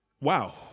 Wow